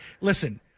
Listen